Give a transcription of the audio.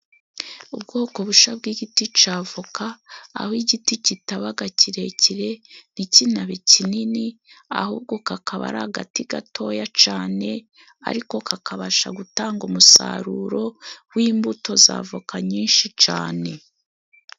Ubwoko busha bw'igiti ca avoka aho igiti kitabaga kirekire ntikinabe kinini ahubwo kakaba ari agati gatoya cane ariko kakabasha gutanga umusaruro w'imbuto za voka nyinshi cane.